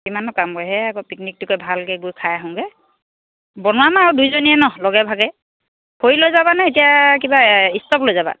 কিমাননো কাম কৰি সেয়াই আকৌ পিকনিকটোকে ভালকৈ গৈ খাই আহোগৈ বনোৱা নাই আৰু দুজনীয়ে নহ্ লগে ভাগে খৰি লৈ যাবানে এতিয়া কিবা ষ্টভ লৈ যাবা